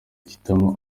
guhitamo